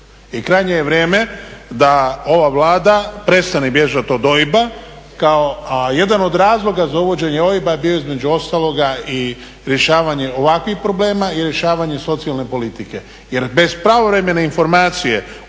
I krajnje je vrijeme da ova Vlada prestane bježati od OIB-a. a jedan od razloga za uvođenje OIB-a je bio između ostaloga rješavanje i ovakvih problema i rješavanje socijalne politike